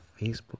Facebook